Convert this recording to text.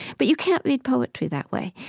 but you can't read poetry that way.